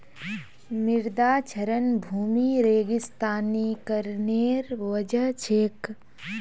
मृदा क्षरण भूमि रेगिस्तानीकरनेर वजह छेक